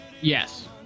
Yes